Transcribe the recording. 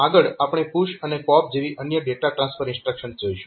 આગળ આપણે પુશ અને પોપ જેવી અન્ય ડેટા ટ્રાન્સફર ઇન્સ્ટ્રક્શન્સ જોઈશું